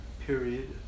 period